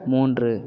மூன்று